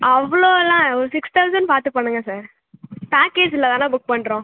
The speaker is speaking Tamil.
அவ்வளோலாம் ஒரு சிக்ஸ் தௌசன்ட் பார்த்து பண்ணுங்கள் சார் பேக்கேஜ்லதானே புக் பண்ணுறோம்